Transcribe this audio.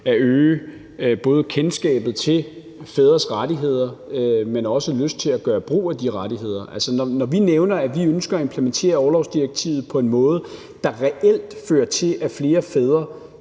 at øge både kendskabet til fædres rettigheder, men også lysten til at gøre brug af de rettigheder. Når vi nævner, at vi ønsker at implementere orlovsdirektivet på en måde, der reelt fører til, at flere fædre